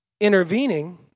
intervening